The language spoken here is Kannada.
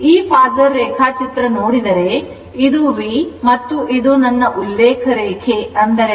ಆದ್ದರಿಂದ ಈ ಫೇಸರ್ ರೇಖಾಚಿತ್ರ ನೋಡಿದರೆ ಇದು V ಮತ್ತು ಇದು ನನ್ನ ಉಲ್ಲೇಖ ರೇಖೆ ಇರುತ್ತದೆ